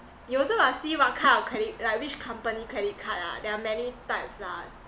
you also must see what kind credit like which company credit card ah there are many types ah